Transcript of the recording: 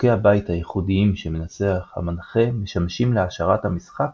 "חוקי הבית" הייחודיים שמנסח המנחה משמשים להעשרת המשחק